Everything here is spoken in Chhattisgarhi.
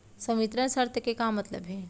संवितरण शर्त के का मतलब होथे?